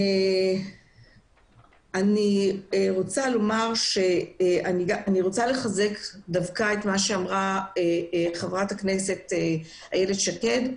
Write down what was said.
אני רוצה לחזק את דבריה של חברת הכנסת איילת שקד,